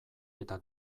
eta